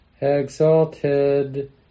exalted